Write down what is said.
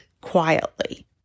quietly